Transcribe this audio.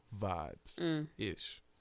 Vibes-ish